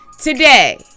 Today